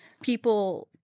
people